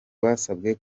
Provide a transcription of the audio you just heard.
basabwe